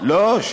לא,